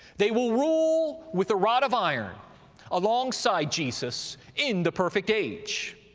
they will rule with a rod of iron alongside jesus in the perfect age.